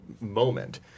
moment